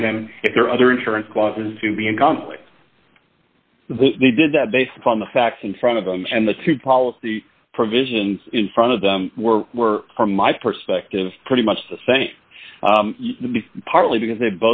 find them if there are other insurance clauses to be in conflict they did that based upon the facts in front of them and the two policy provisions in front of them were from my perspective pretty much the same the be partly because they